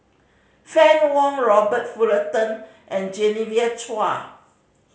Fann Wong Robert Fullerton and Genevieve Chua